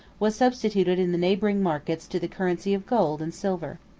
was substituted in the neighboring markets to the currency of gold and silver.